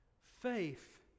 faith